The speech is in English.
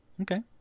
Okay